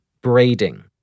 braiding